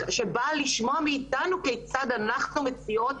שבא לשמוע מאיתנו כיצד אנחנו מציעות